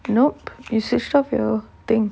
nope you switched off your thing